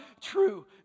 true